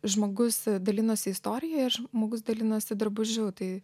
žmogus dalinasi istorija ir žmogus dalinasi drabužiu tai